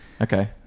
Okay